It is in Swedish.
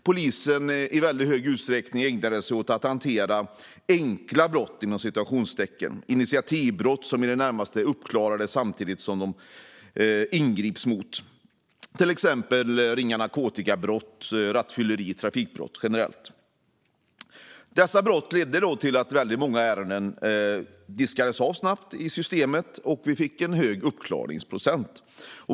Polisen hade i väldigt stor utsträckning ägnat sig åt att hantera "enkla brott" - initiativbrott som i det närmaste uppklarades samtidigt som det ingreps mot dem - till exempel ringa narkotikabrott, rattfylleri och trafikbrott. Dessa brott ledde till att väldigt många ärenden diskades av snabbt i systemet, och det blev en hög uppklaringsprocent.